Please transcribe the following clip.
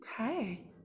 Okay